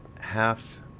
half